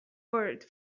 earth